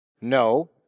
No